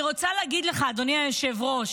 אני רוצה להגיד לך, אדוני היושב-ראש,